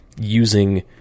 using